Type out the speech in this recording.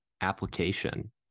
application